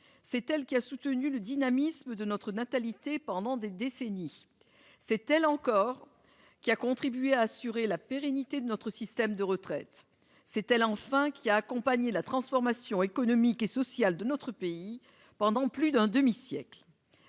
C'est elle qui a soutenu le dynamisme de notre natalité pendant des décennies. C'est elle encore qui a contribué à assurer la pérennité de notre système de retraites. C'est elle enfin qui a accompagné la transformation économique et sociale de notre pays pendant plus d'un demi-siècle.